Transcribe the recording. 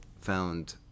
found